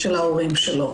של ההורים שלו.